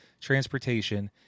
transportation